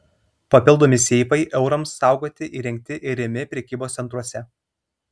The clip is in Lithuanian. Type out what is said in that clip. papildomi seifai eurams saugoti įrengti ir rimi prekybos centruose